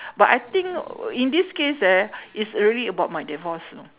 but I think w~ in this case ah it's really about my divorce you know